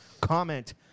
Comment